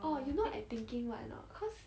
orh you know I'm thinking what a not cause